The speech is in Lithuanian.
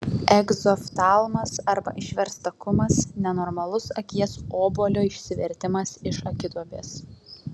egzoftalmas arba išverstakumas nenormalus akies obuolio išsivertimas iš akiduobės